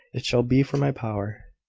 it shall be for my power.